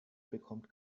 bekommt